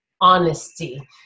honesty